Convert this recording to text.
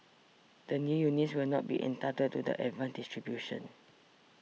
the new units will not be entitled to the advanced distribution